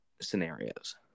scenarios